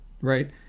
right